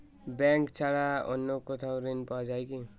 Bank ছাড়া অন্য কোথাও ঋণ পাওয়া যায় কি?